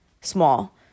small